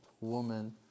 woman